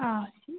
ആ ശരി